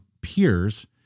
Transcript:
peers